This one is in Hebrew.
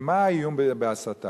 ומה האיום בהסתה,